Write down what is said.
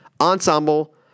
ensemble